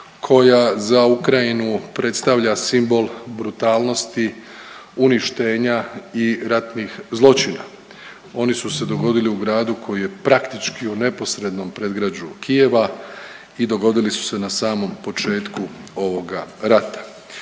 koja za Ukrajinu predstavlja simbol brutalnost uništenja i ratnih zločina. Oni su se dogodili u gradu koji je praktički u neposrednom predgrađu Kijeva i dogodili su se na samom početku ovoga rata.